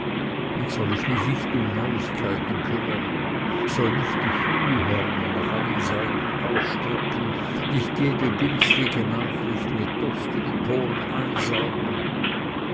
und ich soll mich nicht um neuigkeiten kümmern soll nicht die fühlhörner nach allen seiten ausstrecken nicht jede günstige nachricht mit durstigen poren einsaugen